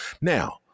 Now